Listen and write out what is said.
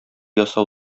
ясау